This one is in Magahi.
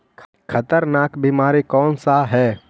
खतरनाक बीमारी कौन सा है?